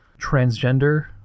transgender